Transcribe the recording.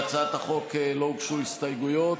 להצעת החוק לא הוגשו הסתייגויות,